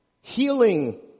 healing